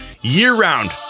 year-round